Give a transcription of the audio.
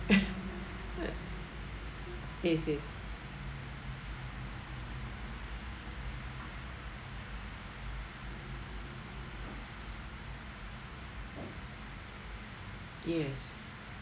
yes yes yes